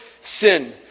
sin